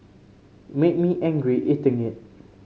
made me angry eating it